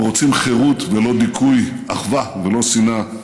הם רוצים חירות ולא דיכוי, אחווה ולא שנאה,